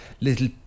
little